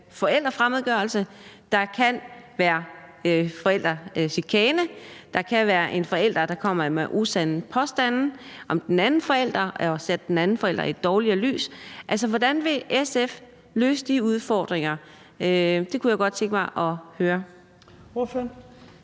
forælderfremmedgørelse, at der kan være forældrechikane, at der kan være en forælder, der kommer med usande påstande om den anden forælder og sætter den anden forælder i et dårligere lys? Altså, hvordan vil SF løse de udfordringer? Det kunne jeg godt tænke mig at høre. Kl.